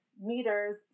meters